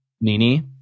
Nini